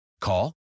Call